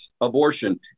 abortion